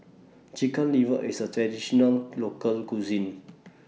Chicken Liver IS A Traditional Local Cuisine